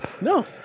No